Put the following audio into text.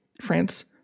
France